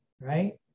right